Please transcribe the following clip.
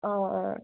অঁ অঁ